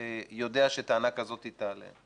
יודע שטענה כזאת תעלה,